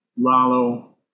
Lalo